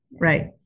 Right